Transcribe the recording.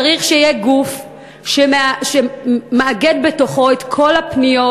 צריך שיהיה גוף שמאגד בתוכו את כל הפניות